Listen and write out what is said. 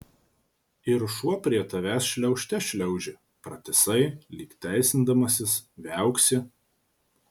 ir šuo prie tavęs šliaužte šliaužia pratisai lyg teisindamasis viauksi